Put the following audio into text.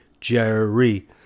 Jerry